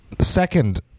second